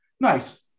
Nice